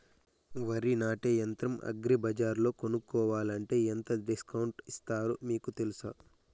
వరి నాటే యంత్రం అగ్రి బజార్లో కొనుక్కోవాలంటే ఎంతవరకు డిస్కౌంట్ ఇస్తారు మీకు తెలుసా?